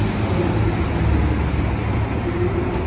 i will keep where there is wit stirring,